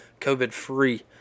COVID-free